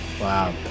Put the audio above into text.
Wow